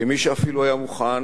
כמי שאפילו היה מוכן,